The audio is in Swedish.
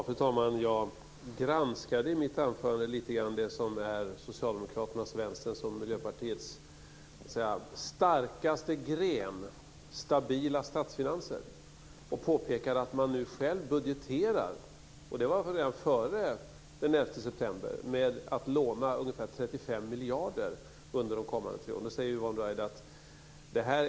Fru talman! Jag granskade i mitt anförande lite grann det som är Socialdemokraternas, Vänsterns och Miljöpartiets starkaste gren, stabila statsfinanser. Jag påpekade att man nu själv budgeterar med att låna ungefär 35 miljarder under de kommande tre åren. Det var redan före den 11 september.